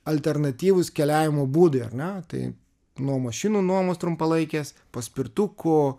alternatyvūs keliavimo būdai ar ne tai nuo mašinų nuomos trumpalaikės paspirtukų